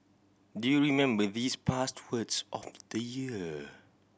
do you remember these past words of the year